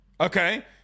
okay